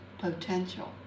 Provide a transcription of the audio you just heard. potential